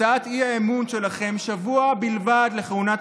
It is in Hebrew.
הצעת האי-אמון שלכם אחרי שבוע בלבד לכהונת